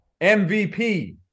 MVP